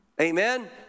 Amen